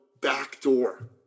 backdoor